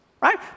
right